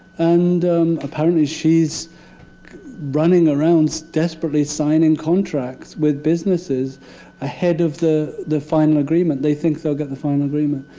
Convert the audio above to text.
and apparently she's running around, so desperately signing contracts with businesses ahead of the the final agreement. they think they'll get the final agreement.